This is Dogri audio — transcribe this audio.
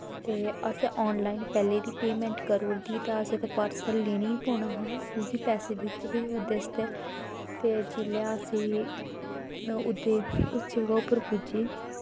ते असें आनलाईन पैह्लें दी पेमैंट करी ओड़ी दी ते असें पार्सल देना गै पौना हा क्योंकि पैसे दित्ते दे हे ओह्दै आस्तै ते जिसलै अस उस जगह पर पुज्जे